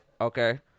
Okay